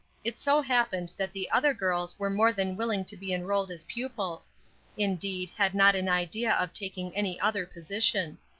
it so happened that the other girls were more than willing to be enrolled as pupils indeed, had not an idea of taking any other position.